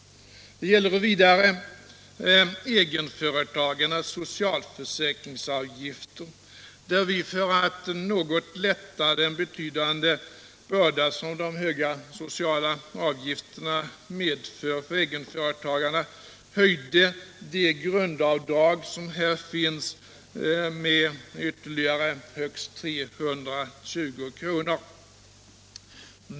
Det gäller också egenföretagarnas socialförsäkringsavgifter, där vi för att något lätta den betydande börda som de höga sociala avgifterna lägger på egenföretagarna höjde grundavdraget med ytterligare högst 320 kr.